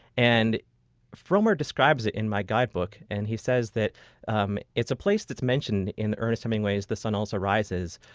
and frommer describes it in my guidebook and he says that um it's a place that's mentioned in ernest hemingway's the sun also rises,